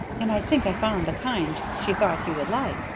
and i think i found the kind she thought you would like.